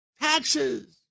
Taxes